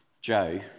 Joe